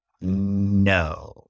No